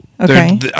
Okay